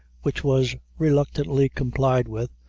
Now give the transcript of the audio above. which was reluctantly complied with,